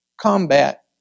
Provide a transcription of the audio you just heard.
combat